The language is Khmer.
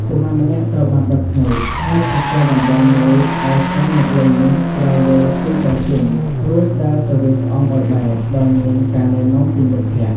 កុមារម្នាក់ត្រូវបានបិទភ្នែក ហើយប្រគល់ដំបងមួយឱ្យកាន់អ្នកលេងនោះត្រូវវិលពីរបីជុំ រួចដើរទៅវាយក្អមឱ្យបែក ដោយមានការណែនាំពីមិត្តភក្តិ ។